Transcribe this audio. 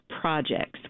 projects